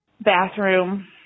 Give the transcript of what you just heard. bathroom